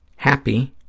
happy,